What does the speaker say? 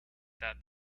that